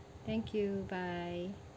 thank you bye